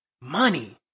money